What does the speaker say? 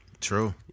True